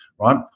right